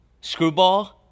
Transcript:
Screwball